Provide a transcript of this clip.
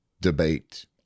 debate